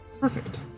Perfect